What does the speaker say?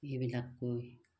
এইবিলাককৈ